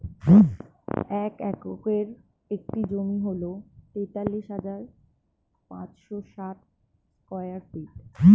এক একরের একটি জমি হল তেতাল্লিশ হাজার পাঁচশ ষাট স্কয়ার ফিট